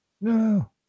No